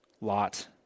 Lot